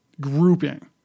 grouping